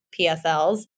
PSLs